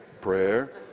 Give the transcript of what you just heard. Prayer